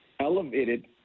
elevated